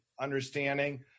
understanding